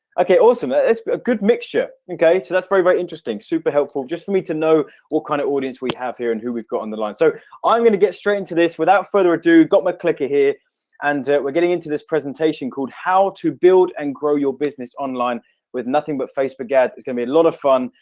okay, awesome. it's a good mixture okay, so that's very very interesting super helpful. just for me to know what kind of audience we have here and who we've got on the line so i'm going to get straight to this without further ado got my clicker here and we're getting into this presentation called how to build and grow your business online with nothing, but facebook ads it's gonna be a lot of fun,